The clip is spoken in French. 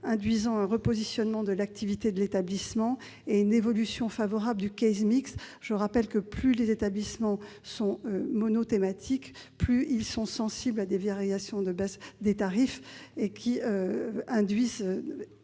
induisant un repositionnement de l'activité de l'établissement et une évolution favorable du. Je le rappelle, plus les établissements sont monothématiques, plus ils sont sensibles à des variations à la baisse des tarifs.